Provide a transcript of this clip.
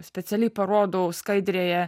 specialiai parodau skaidrėje